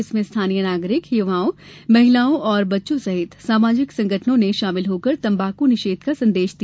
जिसमें स्थानीय नागरिक युवाओं महिलाओं और बच्चों सहित सामाजिक संगठनों ने शामिल होकर तम्बाकू निषेध का संदेश दिया